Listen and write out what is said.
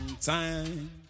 time